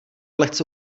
lehce